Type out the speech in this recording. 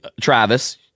Travis